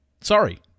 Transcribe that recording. Sorry